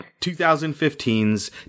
2015's